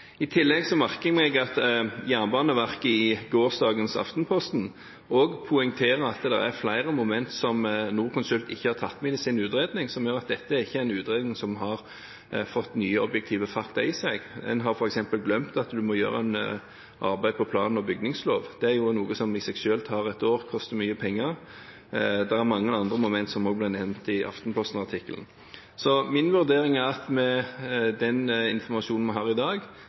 I tillegg merker jeg meg at Jernbaneverket i gårsdagens Aftenposten også poengterer at det er flere momenter som Norconsult ikke har tatt med i sin utredning, som gjør at dette ikke er en utredning som har fått nye, objektive fakta i seg. En har f.eks. glemt at en må gjøre et arbeid når det gjelder plan- og bygningsloven. Det er noe som i seg selv tar ett år, og som koster mye penger. Det ble også nevnt mange andre momenter i den Aftenposten-artikkelen. Så min vurdering er at det – med den informasjonen vi har i dag